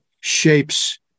shapes